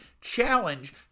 challenge